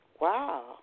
Wow